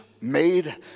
made